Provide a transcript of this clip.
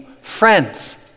friends